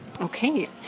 Okay